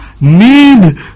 need